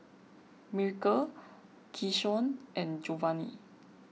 Miracle Keyshawn and Jovani